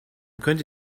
könnte